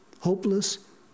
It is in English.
Hopeless